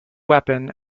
weapon